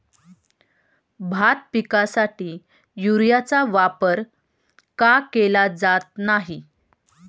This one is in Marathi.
भात पिकासाठी युरियाचा वापर का केला जात नाही?